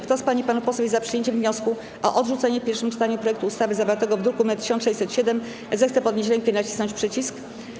Kto z pań i panów posłów jest za przyjęciem wniosku o odrzucenie w pierwszym czytaniu projektu ustawy zawartego w druku nr 1607, zechce podnieść rękę i nacisnąć przycisk.